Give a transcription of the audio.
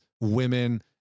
women